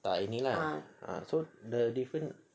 tak ini lah so the